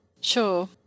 Sure